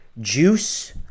juice